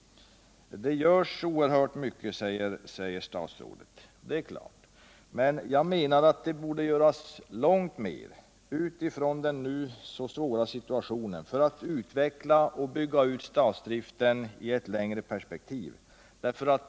Det görs oerhört mycket, säger statsrådet. Jag menar att det utifrån den nu så svåra situationen borde göras långt mer för att utveckla och bygga ut statsdriften i ett längre perspektiv.